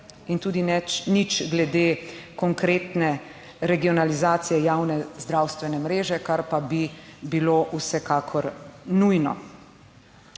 in tudi ni nič glede konkretne regionalizacije javne zdravstvene mreže, kar pa bi bilo vsekakor nujno.